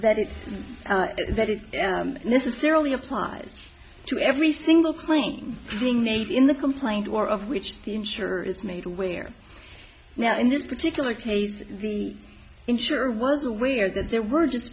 that if that is necessarily applies to every single claim being made in the complaint or of which the insurer is made aware now in this particular case the insurer was aware that there were just